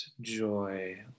joy